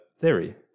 theory